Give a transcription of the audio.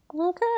Okay